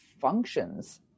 functions